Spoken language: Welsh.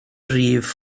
rhif